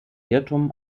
irrtum